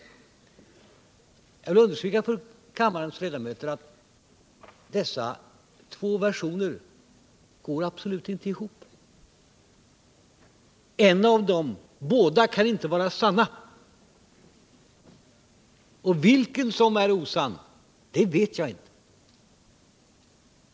Jag vill understryka för kammarens ledamöter att dessa två versioner absolut inte går ihop. Båda kan inte vara sanna. Vilken som är osann vet jag inte.